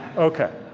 okay.